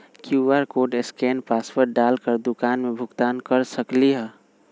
QR code scan password डाल कर दुकान में भुगतान कर सकलीहल?